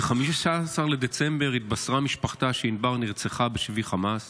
ב-15 בדצמבר התבשרה משפחתה שענבר נרצחה בשבי חמאס